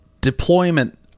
deployment